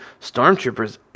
stormtroopers